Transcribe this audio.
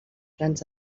plans